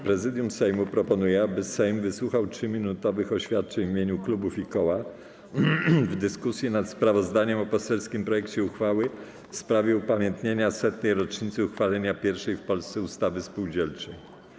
Prezydium Sejmu proponuje, aby Sejm wysłuchał 3-minutowych oświadczeń w imieniu kubów i koła w dyskusji nad sprawozdaniem o poselskim projekcie uchwały w sprawie upamiętnienia setnej rocznicy uchwalenia pierwszej w Polsce ustawy o spółdzielniach.